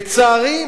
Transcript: לצערי,